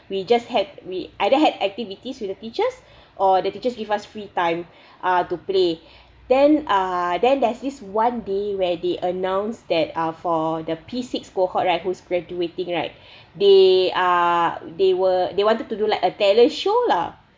we just had we either had activities with the teachers or the teacher give us free time uh to play then uh then there's this one day where they announced that uh for the P six cohort right who's graduating right they are they were they wanted to do like a talent show lah